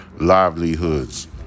livelihoods